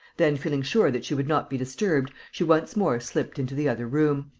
then, feeling sure that she would not be disturbed, she once more slipped into the other room.